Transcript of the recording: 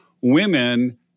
Women